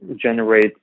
generate